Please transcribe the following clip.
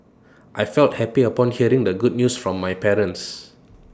I felt happy upon hearing the good news from my parents